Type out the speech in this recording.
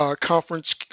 conference